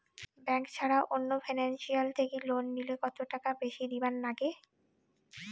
Bank ছাড়া অন্য financial থাকি লোন নিলে কতটাকা বেশি দিবার নাগে?